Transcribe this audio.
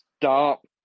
Stop